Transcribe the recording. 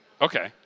Okay